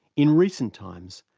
in recent times,